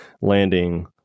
landing